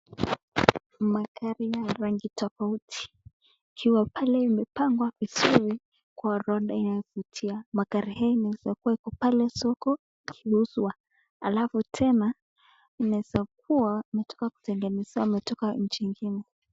Magari ya rangi tofauti, ikiwa pale imepangwa vizuri kwa orodha ya kuvutia. Magari haya yanaweza kuwa iko pale soko kuuzwa halafu tena inaeza kuwa imetoka kutengenezwa nchi ingine.